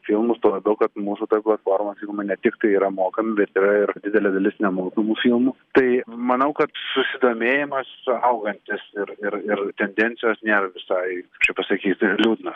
filmus tuo labiau kad mūsų toj platformoj filmai ne tiktai yra mokami bet yra ir didelė dalis nemokamų filmų tai manau kad susidomėjimas augantis ir ir ir tendencijos nėra visai kaip čia pasakyti liūdnos